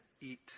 eat